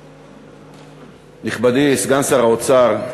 נכבדי סגן שר האוצר,